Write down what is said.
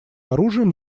оружием